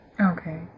Okay